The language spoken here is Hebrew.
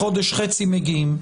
בחודש חצי מגיעים.